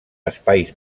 espais